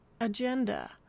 agenda